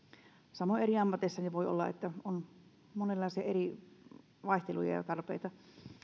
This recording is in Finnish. samoin eri ammateissa voi olla että on monenlaisia eri vaihteluja ja tarpeita